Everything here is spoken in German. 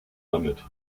damit